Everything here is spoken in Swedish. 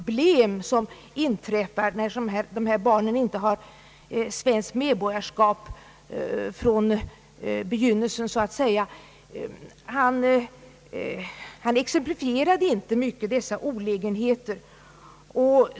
blem” som uppkommer när barnen inte har svenskt medborgarskap från födelsen. Men han gav inte några egentliga exempel på olägenheterna därvidlag.